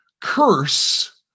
curse